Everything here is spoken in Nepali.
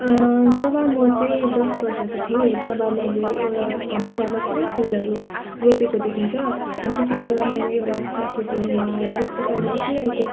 जब म चाहिँ दस वर्षको थिएँ तब मैले एउटा हाम्रो घरमा पुरै फुलहरू रोपेको देखिन्छ अनि त्यति बेला मैले एउटा सयपत्रीमा त्यो पुतली बसिरहेको